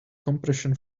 compression